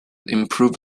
improved